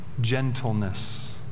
gentleness